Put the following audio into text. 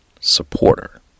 supporter